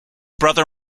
brother